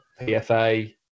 PFA